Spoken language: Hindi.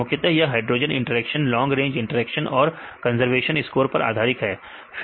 मुख्यता यह hydrophobic interaction long range interaction और कंजर्वेशन स्कोर पर आधारित है